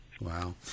Wow